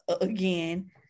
again